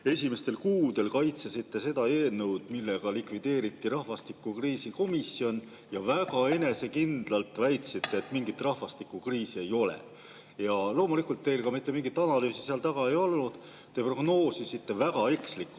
esimestel kuudel kaitsesite seda eelnõu, millega likvideeriti rahvastikukriisi komisjon, siis te väga enesekindlalt väitsite, et mingit rahvastikukriisi ei ole. Loomulikult mitte mingit analüüsi seal taga ei olnud ja te prognoosisite väga ekslikult.